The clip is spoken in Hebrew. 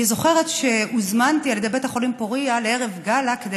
אני זוכרת שהוזמנתי על ידי בית החולים פוריה לערב גאלה כדי